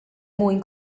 mwyn